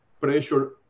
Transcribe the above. pressure